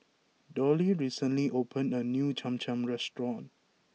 Dollie recently opened a new Cham Cham restaurant